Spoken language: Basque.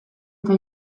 eta